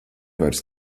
vairs